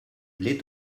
les